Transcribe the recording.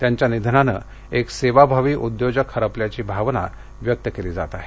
त्यांच्या निधनान सेवाभावी उद्योजक हरपल्याची भावना व्यक्त व्यक्त केली जात आहे